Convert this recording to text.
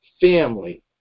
family